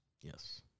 Yes